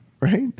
right